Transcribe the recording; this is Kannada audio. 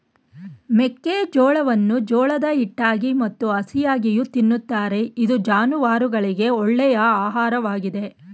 ಮೆಕ್ಕೆಜೋಳವನ್ನು ಜೋಳದ ಹಿಟ್ಟಾಗಿ ಮತ್ತು ಹಸಿಯಾಗಿಯೂ ತಿನ್ನುತ್ತಾರೆ ಇದು ಜಾನುವಾರುಗಳಿಗೆ ಒಳ್ಳೆಯ ಆಹಾರವಾಗಿದೆ